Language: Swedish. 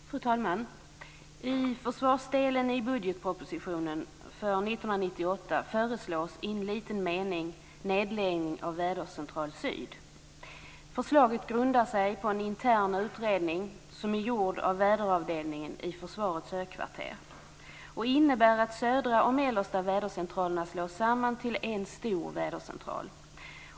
Fru talman! I försvarsdelen i budgetpropositionen för 1998 föreslås i en liten mening nedläggning av Förslaget grundar sig på en intern utredning som är gjord av väderavdelningen vid försvarets högkvarter. Det innebär att södra och mellersta vädercentralerna slås samman till en stor vädercentral.